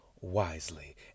wisely